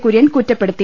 കുര്യൻ കുറ്റപ്പെടുത്തി